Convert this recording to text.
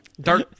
Dark